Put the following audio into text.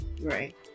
right